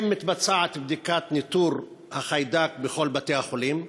1. האם מתבצעת בדיקת ניטור החיידק בכל בתי-החולים?